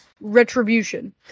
retribution